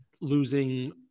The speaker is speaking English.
losing